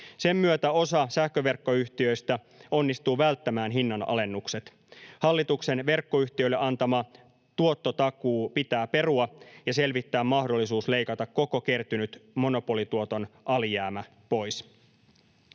Sen myötä osa sähköverkkoyhtiöistä onnistuu välttämään hinnanalennukset. Hallituksen verkkoyhtiöille antama tuottotakuu pitää perua ja pitää selvittää mahdollisuus leikata koko kertynyt monopolituoton alijäämä pois.